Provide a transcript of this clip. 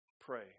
Pray